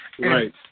Right